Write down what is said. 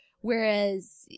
Whereas